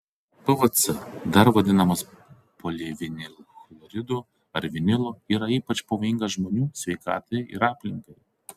pvc dar vadinamas polivinilchloridu ar vinilu yra ypač pavojingas žmonių sveikatai ir aplinkai